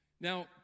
Now